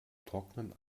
trocknen